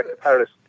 Paris